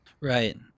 right